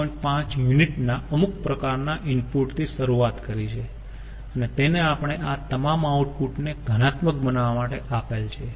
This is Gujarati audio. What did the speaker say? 5 યુનિટ ના અમુક પ્રકારનાં ઈનપુટ થી શરૂઆત કરી છે અને તેને આપણે આ તમામ આઉટપુટ ને ધનાત્મક બનાવવા માટે આપેલ છે